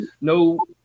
no